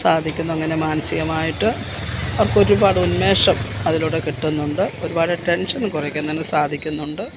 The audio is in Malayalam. സാധിക്കുന്നു അങ്ങനെ മാനസികമായിട്ട് അവർക്കൊരുപാട് ഉന്മേഷം അതിലൂടെ കിട്ടുന്നുണ്ട് ഒരുപാട് ടെൻഷനും കുറയ്ക്കുന്നതിന് സാധിക്കുന്നുണ്ട്